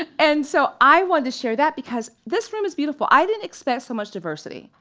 and so i wanted to share that because this room is beautiful. i didn't expect so much diversity.